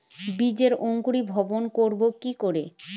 বীজের অঙ্কুরিভবন করব কি করে?